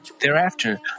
Thereafter